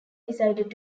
decided